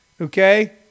Okay